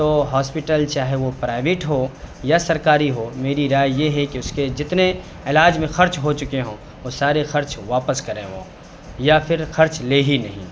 تو ہاسپٹل چاہے وہ پرائیوٹ ہو یا سرکاری ہو میری رائے یہ ہے کہ اس کے جتنے علاج میں خرچ ہو چکے ہوں وہ سارے خرچ واپس کریں وہ یا پھر خرچ لیں ہی نہیں